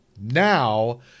Now